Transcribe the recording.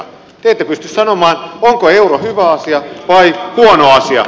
te ette pysty sanomaan onko euro hyvä asia vai huono asia